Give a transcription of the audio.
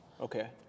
okay